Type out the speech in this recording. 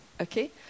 Okay